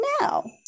now